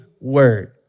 word